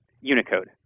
Unicode